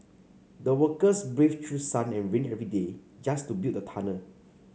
the workers braved through sun and rain every day just to build the tunnel